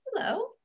hello